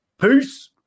peace